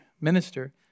minister